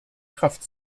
kraft